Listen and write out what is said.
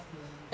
mm